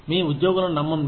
మీ ఉద్యోగులను నమ్మండి